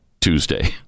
Tuesday